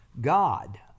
God